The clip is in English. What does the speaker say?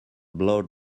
blow